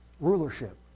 rulership